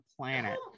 planet